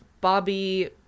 Bobby